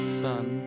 son